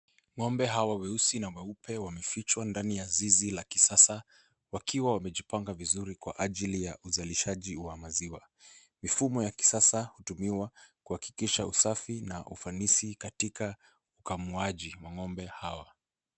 Ng’ombe hawa weusi na wa maziwa meupe wamefichwa ndani ya zizi, wakiwa wamepangwa vizuri kwa ajili ya uzalishaji wa maziwa. Mifumo ya kisasa inatumiwa kuhakikisha usafi na ufanisi katika ukamuaji wa ng’ombe hawa.